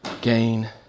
gain